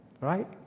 Right